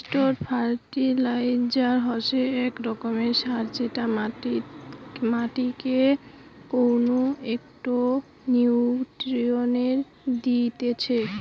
straight fertilizer হসে আক রকমের সার যেটা মাটিকে কউনো একটো নিউট্রিয়েন্ট দিতেছে